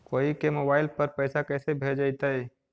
कोई के मोबाईल पर पैसा कैसे भेजइतै?